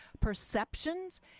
perceptions